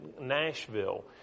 Nashville